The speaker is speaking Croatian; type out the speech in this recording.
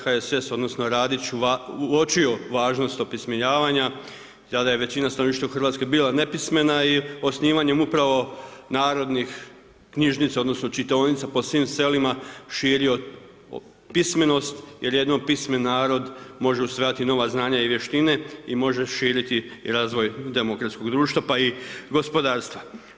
HSS, odnosno Radić, uočio važnost opismenjavanja, tada je većina stanovništva u Hrvatskoj bila nepismena i osnivanjem upravo narodnih knjižnica odnosno čitaonica po svim selima širio pismenost jer jedino pismen narod može usvajati nova znanja i vještine i može širiti i razvoj demokratskog društva pa i gospodarstva.